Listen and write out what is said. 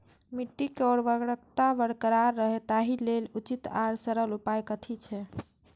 मिट्टी के उर्वरकता बरकरार रहे ताहि लेल उचित आर सरल उपाय कथी छे?